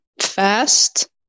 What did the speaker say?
fast